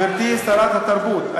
גברתי שרת התרבות,